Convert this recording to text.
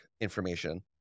information